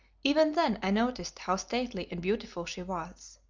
even then i noticed how stately and beautiful she was.